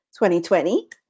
2020